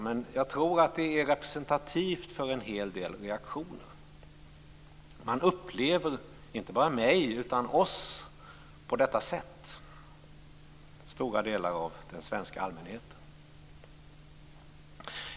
Men jag tror att det är representativt för en hel del reaktioner. Stora delar av den svenska allmänheten upplever inte bara mig utan oss på detta sätt.